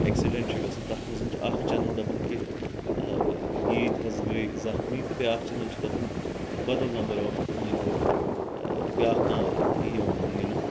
accident چھ گژھان تتھ منٛز چھ اکھ چینل دپان کہِ ییٖتۍ حظ گٔیۍ زخمی تہٕ بیٛاکھ چینل چھِ دپان بدل نمبر آف مٲنۍ تو بیٛاکھ کانٛہہ یہِ ونان یہِ نہ